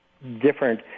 different